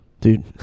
dude